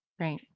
Right